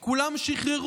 את כולם שחררו.